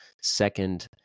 Second